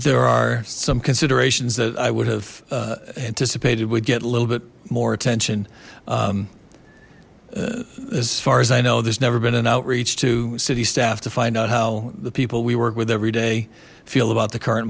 there are some considerations that i would have anticipated would get a little bit more attention as far as i know there's never been an outreach to city staff to find out how the people we work with every day feel about the current